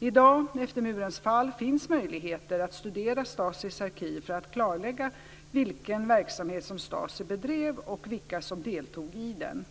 I dag - efter murens fall - finns möjligheter att studera STASI:s arkiv för att klarlägga vilken verksamhet som STASI bedrev och vilka som deltog i den.